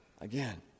again